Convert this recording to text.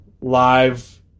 live